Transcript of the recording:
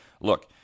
look